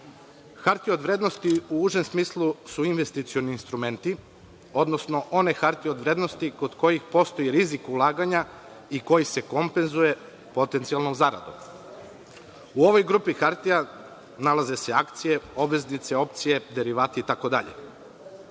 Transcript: Hartije od vrednosti u užem smislu su investicioni instrumenti, odnosno one hartije od vrednosti kod kojih postoji rizik ulaganja i koji se kompenzuje potencijalnom zaradom. U ovoj grupi hartija nalaze se akcije, obveznice, opcije, derivati, itd.